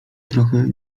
trochę